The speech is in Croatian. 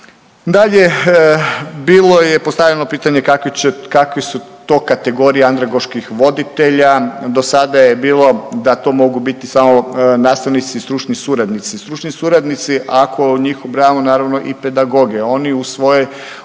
bilo je postavljeno pitanje kakve su to kategorije andragoških voditelja. Do sada je bilo da to mogu biti samo nastavnici i stručni suradnici. Stručni suradnici, a u njih ubrajamo naravno i pedagoge. Oni u svom